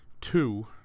two